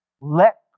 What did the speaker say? Let